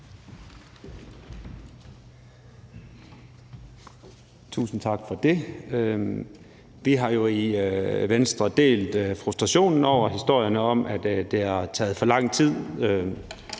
Tusind tak for det. Vi har jo i Venstre delt frustrationen over historierne om, at det har taget for lang tid,